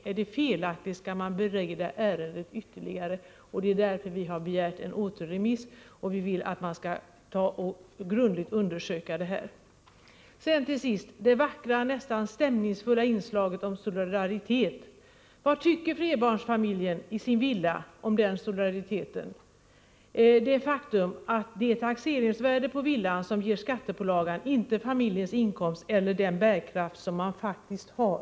Är det felaktigt, skall man bereda ärendet ytterligare. Det är därför vi har begärt en återremiss. Vi vill att man skall undersöka den här saken grundligt. Till sist: Det vackra, nästan stämningsfulla inslaget om solidaritet — vad tycker flerbarnsfamiljen i sin villa om den solidariteten och om det faktum att det är taxeringsvärdet på villan som ger skattepålagan, inte familjens inkomst eller den bärkraft man faktiskt har?